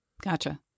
Gotcha